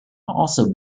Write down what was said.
also